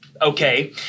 Okay